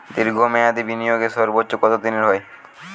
দীর্ঘ মেয়াদি বিনিয়োগের সর্বোচ্চ কত দিনের হয়?